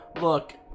look